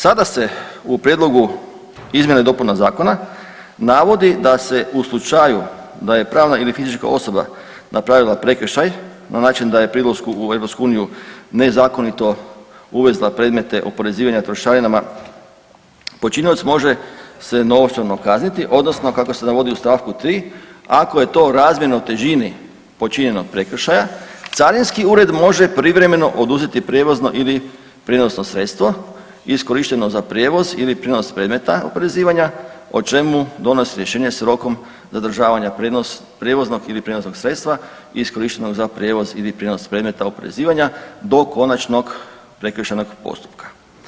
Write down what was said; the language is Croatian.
Sada se u prijedlogu izmjena i dopuna zakona navodi da se u slučaju da je pravna ili fizička osoba napravila prekršaj na način da je pri ulasku u EU nezakonito uvezla predmete oporezivanja trošarinama počinioc se može novčano kazniti, odnosno kako se navodi u stavku 3. ako je to razmjerno težini počinjenog prekršaja carinski ured može privremeno oduzeti prijevozno ili prijenosno sredstvo iskorišteno za prijevoz ili prijenos predmeta oporezivanja o čemu donosi rješenje s rokom zadržavanja prijevoznog ili prijenosnog sredstva iskorištenog za prijevoz ili prijenos predmeta oporezivanja do konačnog prekršajnog postupka.